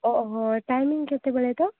ଓହୋ ଟାଇମିଂ କେତେବେଳେ ତ